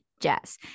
jazz